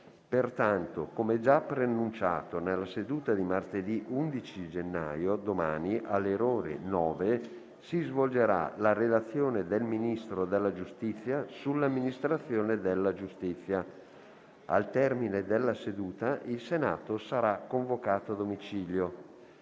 Pertanto, come già preannunciato nella seduta di martedì 11 gennaio, domani, alle ore 9, si svolgerà la relazione del Ministro della giustizia sull'amministrazione della giustizia. Al termine della seduta il Senato sarà convocato a domicilio.